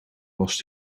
was